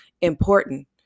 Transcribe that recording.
important